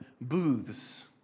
Booths